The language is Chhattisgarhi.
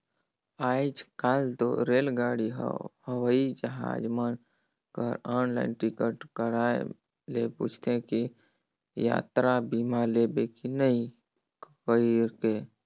आयज कायल तो रेलगाड़ी हवई जहाज मन कर आनलाईन टिकट करवाये ले पूंछते कि यातरा बीमा लेबे की नही कइरके